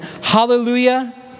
Hallelujah